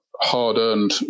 hard-earned